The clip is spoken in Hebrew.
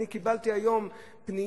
היום קיבלתי פנייה,